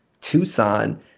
Tucson